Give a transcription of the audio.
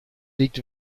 liegt